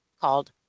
called